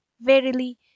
verily